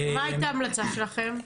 מה הייתה ההמלצה שלכם?